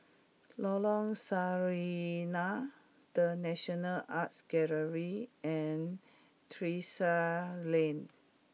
Lorong Sarina The National Art Gallery and Terrasse Lane